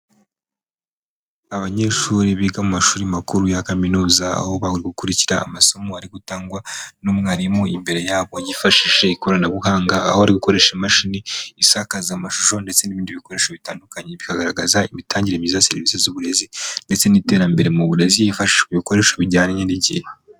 Abanyeshuri biga mu mashuri makuru ya kaminuza, aho bari gukurikira amasomo ari gutangwa n'umwarimu imbere yabo, yifashishije ikoranabuhanga, aho ari gukoresha imashini isakaza amashusho, ndetse n'ibindi bikoresho bitandukanye, bikagaragaza imitangire myiza, serivisi z'uburezi, ndetse n'iterambere mu burezi, hifashishijwe ibikoresho bijyanye n'igihe.